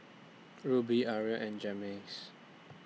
Ruby Uriel and Jaymes